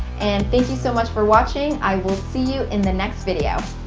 and thank you so much for watching i will see you in the next video.